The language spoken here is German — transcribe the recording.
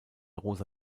rosa